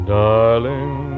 darling